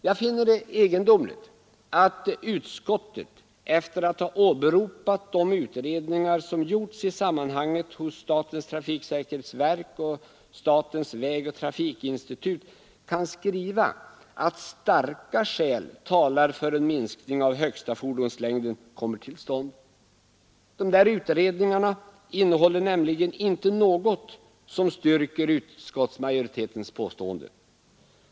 Jag finner det egendomligt att utskottet, efter att ha åberopat de utredningar som gjorts i sammanhanget hos statens trafiksäkerhetsverk och statens vägoch trafikinstitut, kan skriva att starka skäl talar för en minskning av högsta fordonslängden. Dessa utredningar innehåller nämli gen inte något som styrker utskottsmajoritetens påstående.